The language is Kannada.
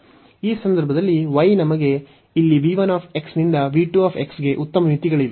ಈ ಸಂದರ್ಭದಲ್ಲಿ y ನಮಗೆ ಇಲ್ಲಿ v 1 ನಿಂದ v 2 ಗೆ ಉತ್ತಮ ಮಿತಿಗಳಿವೆ